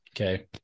Okay